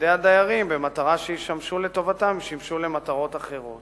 על-ידי הדיירים במטרה שישמשו לטובתם שימשו למטרות אחרות.